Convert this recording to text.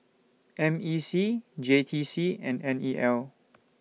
M E C J T C and N E L